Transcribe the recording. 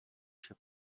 się